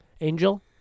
Angel